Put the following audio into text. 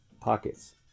pockets